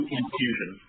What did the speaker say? infusion